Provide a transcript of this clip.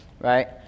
right